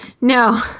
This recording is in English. No